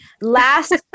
last